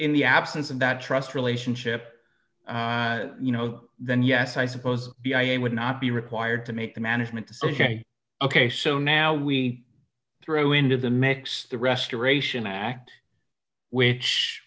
in the absence of that trust relationship you know then yes i suppose the i am would not be required to make the management ok ok so now we throw into the mix the restoration act which